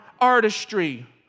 artistry